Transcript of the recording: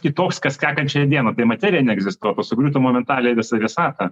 kitoks kas sekančiąją dieną tai materija neegzistuotų sugriūtų momentaliai visa visata